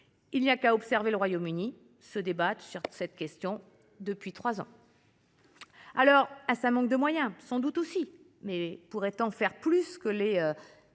Il n’y a qu’à observer le Royaume Uni se débattre avec cette question depuis trois ans… Est ce un manque de moyens ? Sans doute, mais pourra t on faire plus que les